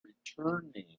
returning